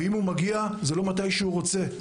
ואם הוא מגיע זה לא מתי שהוא רוצה,